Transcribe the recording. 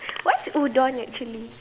what's udon actually